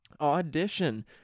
Audition